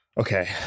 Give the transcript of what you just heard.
Okay